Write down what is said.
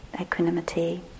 equanimity